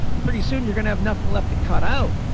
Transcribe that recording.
and pretty soon, you're going to have nothing left to cut out.